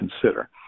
consider